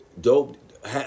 dope